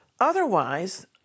Otherwise